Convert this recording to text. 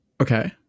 Okay